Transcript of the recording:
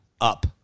up